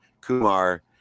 Kumar